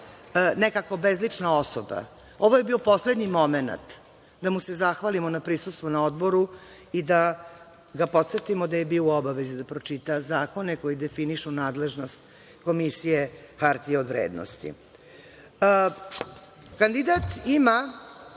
nekakva bezlična osoba, ovo je bio poslednji momenat da mu se zahvalimo na prisustvu na Odboru i da ga podsetimo da je bio u obavezi da pročita zakone koji definišu nadležnost Komisije hartija od vrednosti. Kandidat ima,